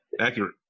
accurate